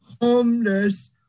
homeless